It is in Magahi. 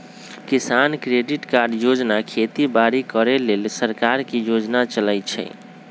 किसान क्रेडिट कार्ड योजना खेती बाड़ी करे लेल सरकार के योजना चलै छै